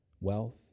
wealth